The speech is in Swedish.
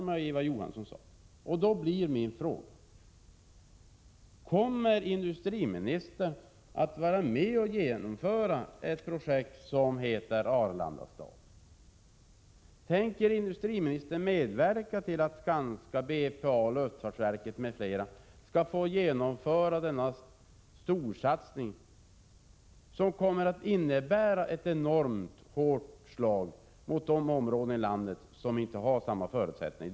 Min fråga blir då: Kommer industriministern att vara med om att genomföra ett projekt som heter Arlanda stad? Tänker industriministern medverka till att Skanska, BPA och luftfartsverket m.fl. genomför denna storsatsning, som kommer att innebära ett enormt hårt slag mot de områden i landet som i dag inte har dessa förutsättningar?